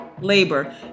labor